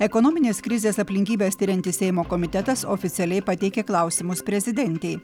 ekonominės krizės aplinkybes tirianti seimo komitetas oficialiai pateikė klausimus prezidentei